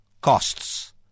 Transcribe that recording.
costs